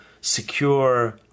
secure